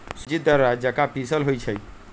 सूज़्ज़ी दर्रा जका पिसल होइ छइ